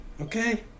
okay